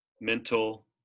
mental